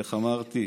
איך אמרתי?